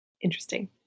Interesting